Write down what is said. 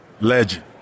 Legend